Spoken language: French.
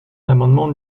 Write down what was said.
l’amendement